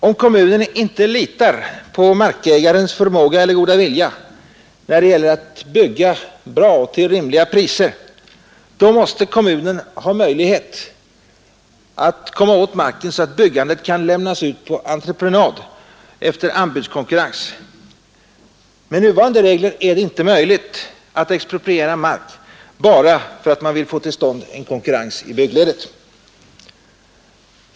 Om kommunen inte litar på markägarens förmåga eller goda vilja när det gäller att bygga bra och till rimliga priser, så måste kommunen ha möjlighet att komma åt marken så att byggandet kan lämnas ut på entreprenad efter anbudskonkurrens. Med nuvarande regler är det inte möjligt att expropriera mark bara för att man vill få till stånd en konkurrens i byggledet.